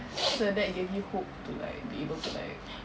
so that gave you hope to like be able to like